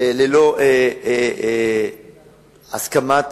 ללא הסכמת,